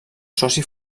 soci